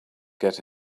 get